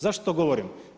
Zašto to govorim?